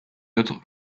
autres